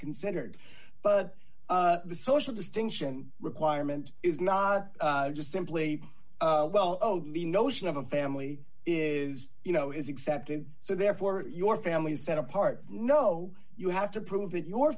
considered but the social distinction requirement is not just simply a well oh the notion of a family is you know is accepted so therefore your family is set apart no you have to prove that your